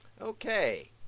Okay